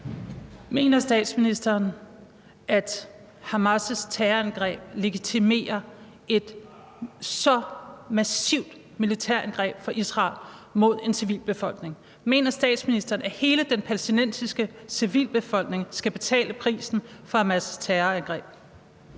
Mener statsministeren, at Hamas' terrorangreb legitimerer et så massivt militærangreb fra Israel mod en civilbefolkning? Mener statsministeren, at hele den palæstinensiske civilbefolkning skal betale prisen for Hamas' terrorangreb?